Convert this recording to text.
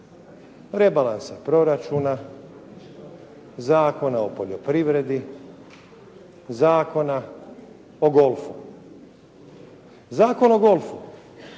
rebalansa proračuna, Zakona o poljoprivredi, Zakona o golfu. Zakon o golfu